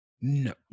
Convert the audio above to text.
No